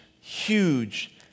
huge